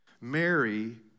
Mary